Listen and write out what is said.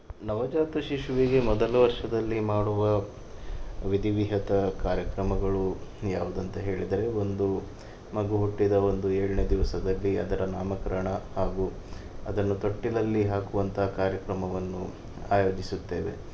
ನವಜಾತ ಶಿಶುವಿಗೆ ಮೊದಲ ವರ್ಷದಲ್ಲಿ ಮಾಡುವ ವಿಧಿ ವಿಹದ ಕಾರ್ಯಕ್ರಮಗಳು ಯಾವುದಂತ ಹೇಳಿದರೆ ಒಂದು ಮಗು ಹುಟ್ಟಿದ ಒಂದು ಏಳನೇ ದಿವಸದಲ್ಲಿ ಅದರ ನಾಮಕರಣ ಹಾಗೂ ಅದನ್ನು ತೊಟ್ಟಿಲಲ್ಲಿ ಹಾಕುವಂಥ ಕಾರ್ಯಕ್ರಮವನ್ನು ಆಯೋಜಿಸುತ್ತೇವೆ